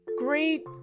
great